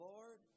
Lord